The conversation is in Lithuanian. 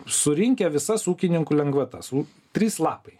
surinkę visas ūkininkų lengvatas nu trys lapai